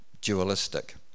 dualistic